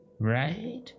Right